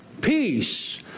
peace